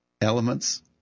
elements